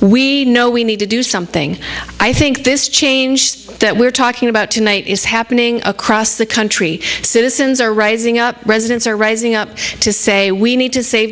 we know we need to do something i think this change that we're talking about tonight is happening across the country citizens are rising up reza it's our rising up to say we need to save